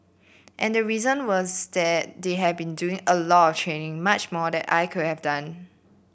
and the reason was that they had been doing a lot training much more than I could have done